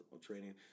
training